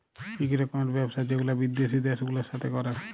ইক রকমের ব্যবসা যেগুলা বিদ্যাসি দ্যাশ গুলার সাথে ক্যরে